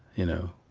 you know,